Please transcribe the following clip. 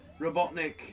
Robotnik